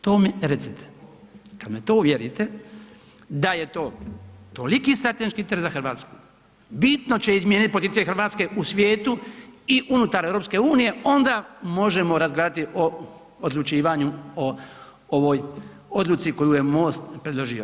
To mi recite, kad me u to uvjerite da je toliki strateški trn za RH, bitno će izmijeniti poziciju RH u svijetu i unutar EU, onda možemo razgovarati o odlučivanju o ovoj odluci koju je MOST predložio.